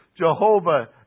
Jehovah